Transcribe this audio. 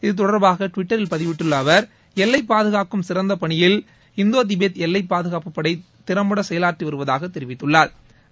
இது தொட்பாக டுவிட்டரில் பதிவிட்டுள்ள அவர் எல்லை பாதுகாக்கும் சிறந்த பனியில் இந்தோ தீபத் எல்லை பாதுகாப்பு படை திறம்பட செயலாற்றி வருவதாக தெிவித்துள்ளாா்